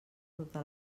tota